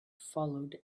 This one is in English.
followed